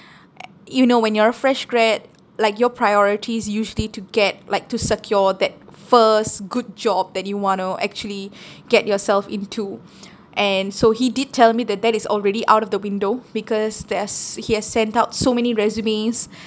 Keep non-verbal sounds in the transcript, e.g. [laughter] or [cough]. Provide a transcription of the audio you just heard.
[noise] you know when you're a fresh grad like your priority is usually to get like to secure that first good job that you want to actually get yourself into and so he did tell me that that is already out of the window because there's he has sent out so many resumes